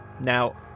now